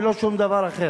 ולא בגלל שום דבר אחר.